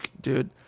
dude